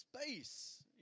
space